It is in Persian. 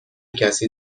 کسی